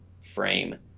frame